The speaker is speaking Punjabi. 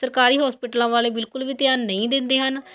ਸਰਕਾਰੀ ਹੌਸਪੀਟਲਾਂ ਵਾਲੇ ਬਿਲਕੁਲ ਵੀ ਧਿਆਨ ਨਹੀਂ ਦਿੰਦੇ ਹਨ